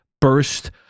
burst